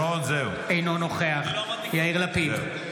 אינו נוכח יאיר לפיד,